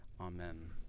Amen